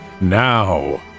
now